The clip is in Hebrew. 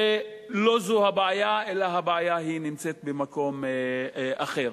שלא זו הבעיה, אלא הבעיה נמצאת במקום אחר.